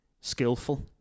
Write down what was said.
skillful